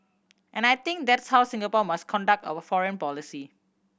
and I think that's how Singapore must conduct our foreign policy